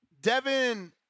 Devin